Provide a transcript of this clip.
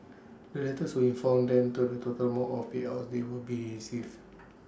the letters will inform them to the total amount of payouts they will be receive